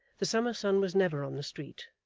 the summer sun was never on the street,